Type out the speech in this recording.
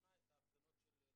אנחנו רואים את זה בכל מקום.